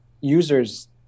users